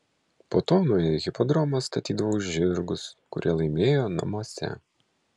po to nuėję į hipodromą statydavo už žirgus kurie laimėjo namuose